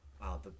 Wow